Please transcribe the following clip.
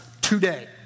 today